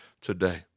today